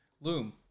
Loom